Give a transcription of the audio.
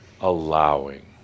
allowing